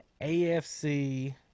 AFC